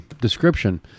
description